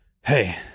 Hey